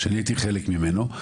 שאני הייתי חלק ממנה.